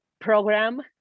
program